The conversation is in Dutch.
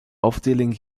afdeling